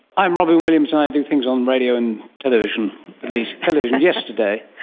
i'm robyn williams and i do things on radio and television at least television yesterday.